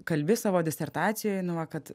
kalbi savo disertacijoj nu va kad